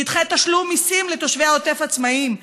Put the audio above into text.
תדחה תשלום מיסים לתושבי העוטף העצמאים.